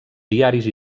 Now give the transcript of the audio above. diaris